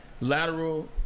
Lateral